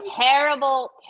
terrible